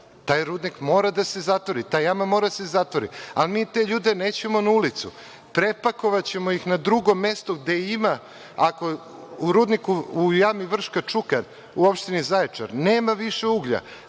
taj rudnik mora da se zatvori, ta jama mora da se zatvori. Mi te ljude nećemo na ulicu, prepakovaćemo ih na drugo mesto gde ima… Ako u rudniku u jami „Vrška Čuka“, u Opštini Zaječar, nema više a